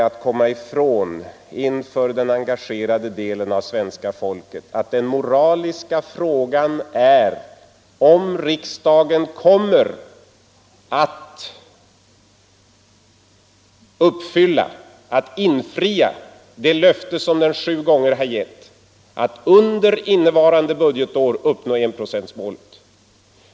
frälst Det går inte att inför den engagerade delen av svenska folket komma = Ytterligare insatser ifrån att den moraliska frågan är, om riksdagen kommer att infria det — för svältdrabbade löfte som den sju gånger har givit att under innevarande budgetår uppnå = länder enprocentsmålet.